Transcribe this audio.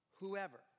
whoever